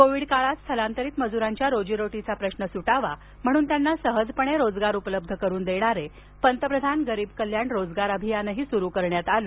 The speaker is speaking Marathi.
कोविड काळात स्थलांतरित मज्रांच्या रोजीरोटीचा प्रश्न स्टावा म्हणून त्यांना सहजपणे रोजगार उपलब्ध करून देणारे पंतप्रधान गरीब कल्याण रोजगार अभियान सुरु करण्यात आलं